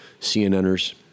CNNers